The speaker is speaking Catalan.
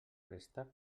préstec